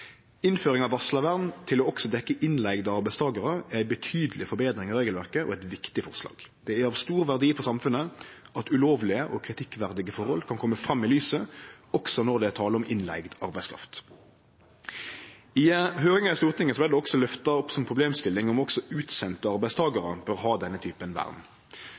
Innføring av varslarvern til også å dekkje innleidde arbeidstakarar er ei betydeleg betring av regelverket og eit viktig forslag. Det er av stor verdi for samfunnet at ulovlege og kritikkverdige forhold kan komme fram i lyset, også når det er tale om innleidd arbeidskraft. I høyringa i Stortinget vart problemstillinga om også utsendte arbeidstakarar bør ha denne typen vern,